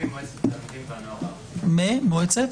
וממועצת התלמידים והנוער הארצית, בבקשה.